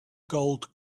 gold